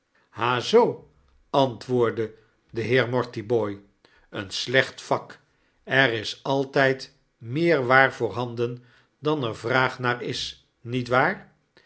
ha zoo antwoordde de heer mortibooi een slecht vak er is altjjd meer waar voorhanden dan er vraag naar is niet waar